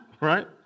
Right